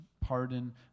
pardon